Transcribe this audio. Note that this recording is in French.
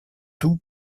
tout